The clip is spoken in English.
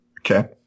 Okay